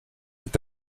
est